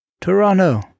Toronto